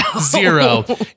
zero